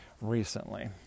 recently